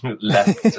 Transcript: left